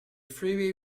freeway